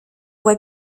voie